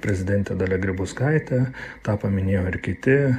prezidentė dalia grybauskaitė tą paminėjo ir kiti